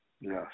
Yes